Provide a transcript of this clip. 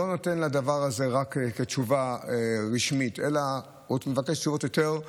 שלא נותן לדבר הזה רק תשובה רשמית אלא מבקש יותר,